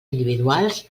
individuals